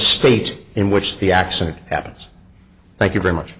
state in which the accident happens thank you very much